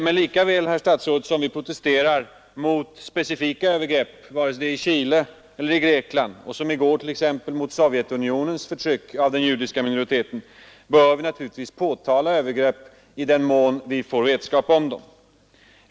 Men lika väl, herr statsråd, som vi protesterar mot specifika övergrepp — vare sig det gäller Chile eller Grekland, eller som i går Sovjetunionens förtryck av den judiska minoriteten där — bör vi naturligtvis påtala andra övergrepp i den mån vi får vetskap om dem.